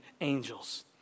angels